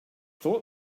thought